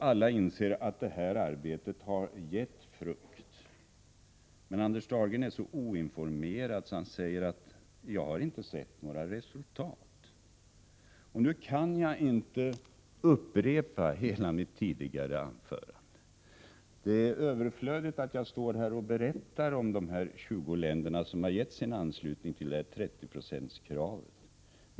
Alla inser att det här arbetet har gett frukt. Men Anders Dahlgren är så oinformerad att han säger: Jag har inte sett några resultat. Nu kan jag inte upprepa hela mitt tidigare anförande. Det är överflödigt att jag står här och berättar om dessa 20 länder som anslutit sig till 30-procentskravet.